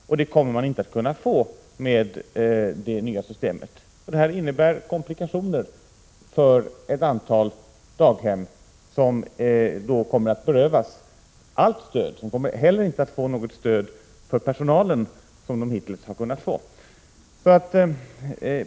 Så kommer emellertid inte att bli fallet om det nya systemet införs, vilket innebär komplikationer för ett antal daghem som då kommer att berövas allt stöd. De kommer inte heller att få 81 något stöd för personalen, vilket de hittills har kunnat få.